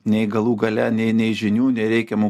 nei galų gale nei nei žinių nei reikiamų